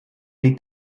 liegt